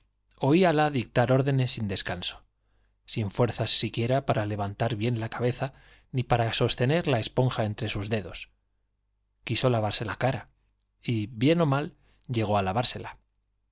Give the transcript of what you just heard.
oíala dictar órdenes sin descanso sin fuerzas siquiera cabeza ni sostener la para levantar bien la para esponja eritre sus dedos quiso lavarse la cara y bien ó á lavársela